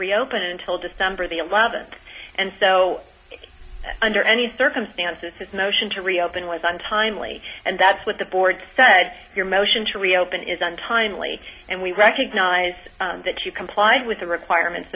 reopen until december the eleventh and so under any circumstances his motion to reopen was untimely and that's what the board said your motion to reopen is untimely and we recognize that you complied with the requirements